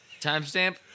Timestamp